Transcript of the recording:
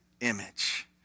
image